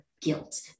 guilt